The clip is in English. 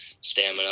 stamina